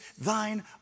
thine